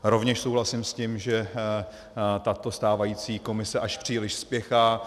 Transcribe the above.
Rovněž souhlasím s tím, že tato stávající Komise až příliš spěchá.